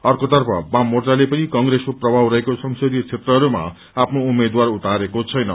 अर्कोतर्फ वाममोर्चाले पनि कंग्रेसको प्रभाव रहेको संसदीय क्षेत्रहरूमा आफ्नो उम्मेक्षरा उतारेको छैन